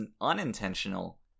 unintentional